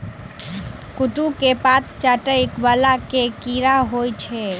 कद्दू केँ पात चाटय वला केँ कीड़ा होइ छै?